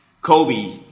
Kobe